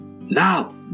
Now